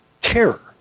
terror